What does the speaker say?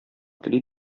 тели